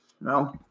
No